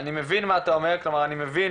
אני מבין מה אתה אומר, כלומר, אני מבין